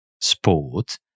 sport